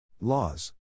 Laws